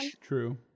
True